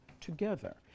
together